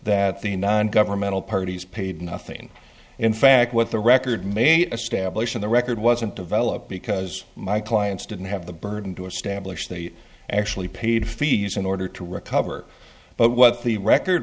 that the non governmental parties paid nothing in fact what the record may establish in the record wasn't developed because my clients didn't have the burden to establish they actually paid fees in order to recover but what the record